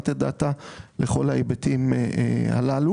ואם הוא נציג ציבור הוא התמנה לעובד המדינה.